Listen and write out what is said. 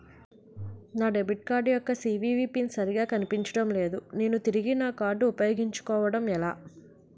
నా debit card యెక్క CVV PIN సరిగా కనిపించడం లేదు నేను తిరిగి నా కార్డ్ఉ పయోగించుకోవడం ఎలా?